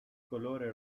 colore